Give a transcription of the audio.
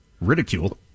ridicule